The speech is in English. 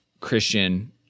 Christian